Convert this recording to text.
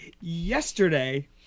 yesterday